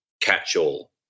catch-all